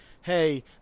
hey